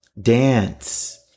Dance